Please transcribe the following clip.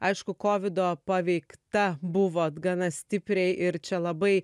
aišku kovido paveikta buvot gana stipriai ir čia labai